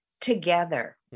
together